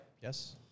Yes